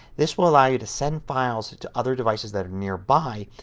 this will allow you to send files to other devices that are near by,